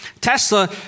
tesla